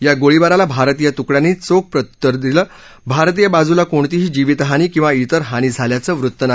या गोळीबाराला भारतीय तुकड्याती चोख प्रत्युत्तर दिला भारतीय बाजूला कोणतीही जीवितहानी किखि इतर हानी झाल्याचक्रित नाही